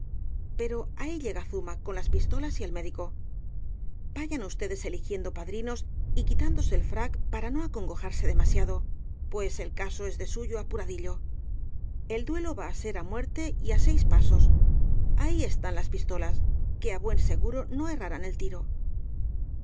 pero ahí llega zuma con las pistolas y el médico vayan ustedes eligiendo padrinos y quitándose el frac para no acongojarse demasiado pues el caso es de suyo apuradillo el duelo va á ser á muerte y á seis pasos ahí están las pistolas que á buen seguro no errarán el tiro en